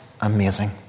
amazing